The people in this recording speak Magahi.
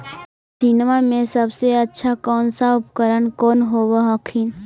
मसिनमा मे सबसे अच्छा कौन सा उपकरण कौन होब हखिन?